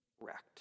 wrecked